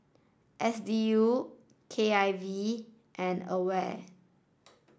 S D U K I V and AWARE